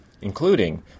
including